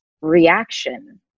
reaction